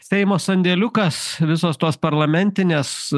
seimo sandėliukas visos tos parlamentinės